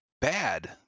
bad